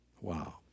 Wow